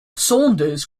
saunders